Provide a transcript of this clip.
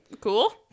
cool